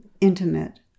intimate